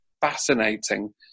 fascinating